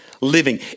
living